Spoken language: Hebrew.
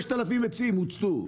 6,000 עצים הוצתו.